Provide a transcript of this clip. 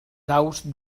daus